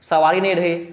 सवारी नहि रहै